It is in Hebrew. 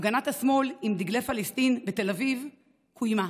הפגנת השמאל עם דגלי פלסטין בתל אביב קוימה